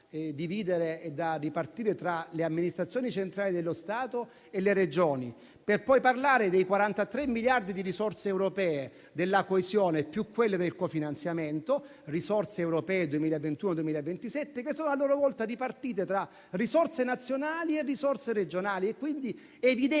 e da ripartire tra le amministrazioni centrali dello Stato e le Regioni, per poi parlare dei 43 miliardi di risorse europee della coesione più quelle del cofinanziamento (risorse europee 2021-2027), che sono a loro volta ripartite tra risorse nazionali e risorse regionali. È quindi evidente che